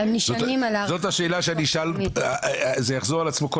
זאת השאלה שאני אשאל, היא